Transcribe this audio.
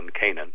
Canaan